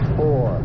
four